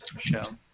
show